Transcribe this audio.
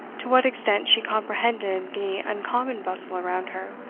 to what extent she comprehended the uncommon bustle around her.